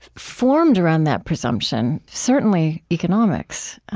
formed around that presumption certainly, economics